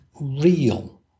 real